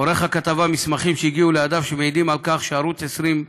עורך הכתבה מסמכים שהגיעו לידיו ואשר מעידים על כך שערוץ 20,